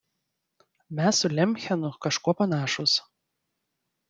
mes su lemchenu kažkuo panašūs